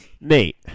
Nate